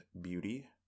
beauty